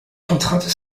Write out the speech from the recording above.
contraintes